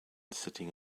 sitting